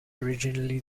originally